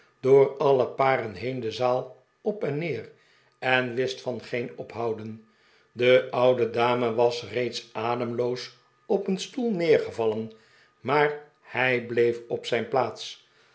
door alle paren heen de zaal op en neer en wist van geen ophouden de oude dame was reeds ademloos op een stoel neergevallen maar hii bleef op zijn plaats